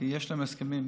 כי יש להם הסכמים,